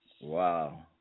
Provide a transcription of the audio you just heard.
Wow